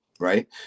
right